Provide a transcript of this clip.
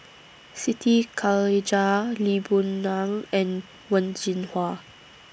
Siti Khalijah Lee Boon Ngan and Wen Jinhua